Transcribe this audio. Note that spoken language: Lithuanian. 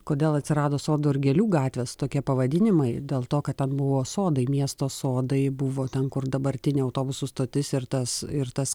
kodėl atsirado sodų ir gėlių gatvės tokie pavadinimai dėl to kad ten buvo sodai miesto sodai buvo ten kur dabartinė autobusų stotis ir tas ir tas